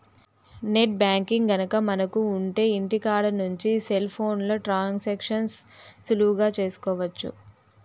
net banking గనక మనకు ఉంటె ఇంటికాడ నుంచి సెల్ ఫోన్లో ట్రాన్సాక్షన్స్ సులువుగా చేసుకోవచ్చు